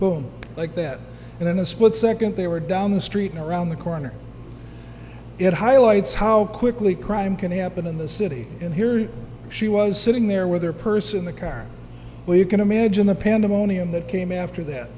boom like that and in a split second they were down the street and around the corner it highlights how quickly crime can happen in the city and here she was sitting there with her person the car where you can imagine the pandemonium that came after that